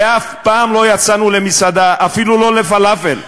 ואף פעם לא יצאנו למסעדה, אפילו לא לפלאפל.